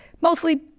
mostly